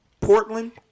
Portland